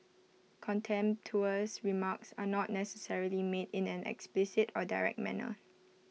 contemptuous remarks are not necessarily made in an explicit or direct manner